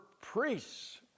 priests